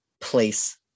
place